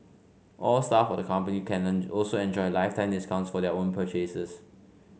all staff of the company can learn also enjoy lifetime discounts for their own purchases